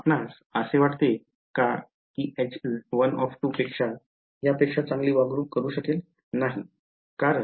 आपणास असे वाटते का की H1 यापेक्षा चांगली वागणूक करू शकतो